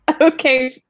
Okay